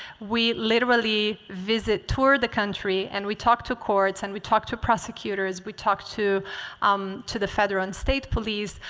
we literally visit, tour the country and did talk to courts and we talk to prosecutors, we talk to um to the federal and state police,